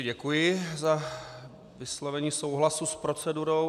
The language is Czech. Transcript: Děkuji za vyslovení souhlasu s procedurou.